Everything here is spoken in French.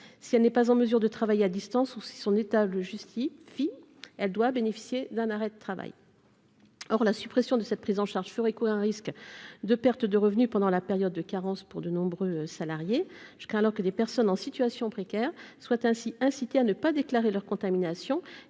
si elle n'est pas en mesure de travailler à distance ou si son état le justifie, elle doit bénéficier d'un arrêt de travail. Or, la suppression de cette prise en charge ferait courir un risque de perte de revenus pendant la période de carence pour de nombreux salariés jusqu'alors que des personnes en situation précaire soient ainsi incités à ne pas déclarer leur contamination